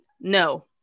No